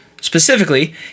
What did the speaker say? Specifically